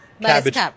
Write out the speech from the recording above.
cabbage